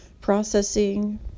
processing